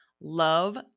love